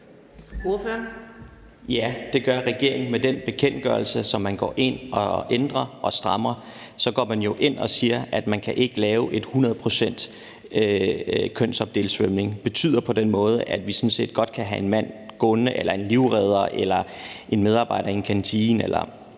Ja, det gør regeringen med den bekendtgørelse, som man går ind og ændrer og strammer. Der går man jo ind og siger, at man ikke kan lave svømning, der er hundrede procent kønsopdelt. Det betyder, at vi sådan set godt kan have en mand, en livredder, gående der, en medarbejder i en kantine,